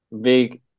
big